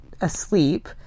asleep